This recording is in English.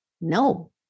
No